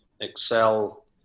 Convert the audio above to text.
excel